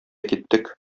киттек